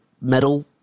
metal